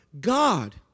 God